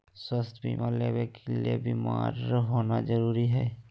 स्वास्थ्य बीमा लेबे ले बीमार होना जरूरी हय?